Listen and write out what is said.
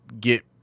get